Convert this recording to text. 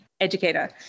educator